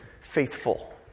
faithful